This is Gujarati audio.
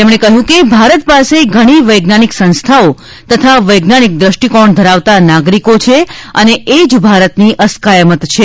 તેમણે કહ્યું કે ભારત પાસે ઘણી વૈજ્ઞાનિક સંસ્થાઓ તથા વૈજ્ઞાનિક દ્રષ્ટિકોણ ધરાવતા નાગરિકો છે અને એ જ ભારતની અસ્કયામત છે